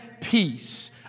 peace